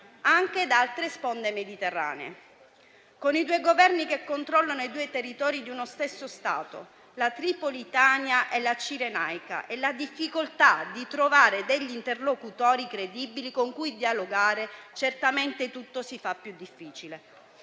anche da altre sponde mediterranee. Con i due Governi che controllano i territori di uno stesso Stato, la Tripolitania e la Cirenaica, e con la difficoltà di trovare degli interlocutori credibili con cui dialogare, certamente tutto si fa più difficile.